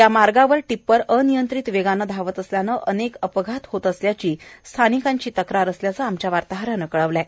या रस्त्यावर टिप्पर अनियंत्रित वेगानं धावत असल्यानं अनेक अपघात होत असल्याची स्थानिकांची तक्रार असल्याचं आमच्या वार्ताहरानं कळवलं आहे